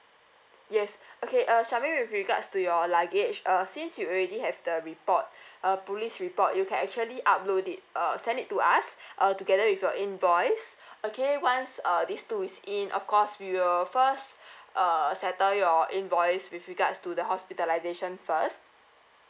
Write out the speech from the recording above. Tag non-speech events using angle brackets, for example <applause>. yes <breath> okay charmaine with regards to your luggage uh since you already have the report <breath> a police report you can actually upload it uh send it to us <breath> uh together with your invoice <breath> okay once uh this two is in of course we will first <breath> uh settle your invoice with regards to the hospitalization first